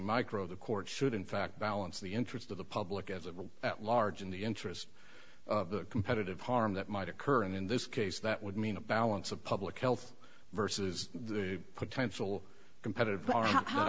micro the court should in fact balance the interest of the public as a rule at large in the interest of a competitive harm that might occur and in this case that would mean a balance of public health versus the potential competitive